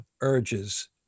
urges